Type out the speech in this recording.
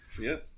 Yes